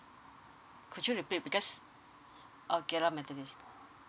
could you repeat because I'll get a